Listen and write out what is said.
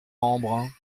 embrun